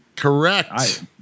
Correct